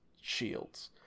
shields